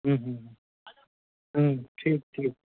हूँहूँ हूँ ठीक ठीक